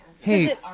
Hey